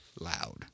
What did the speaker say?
loud